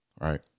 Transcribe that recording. Right